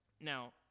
Now